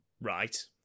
Right